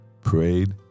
prayed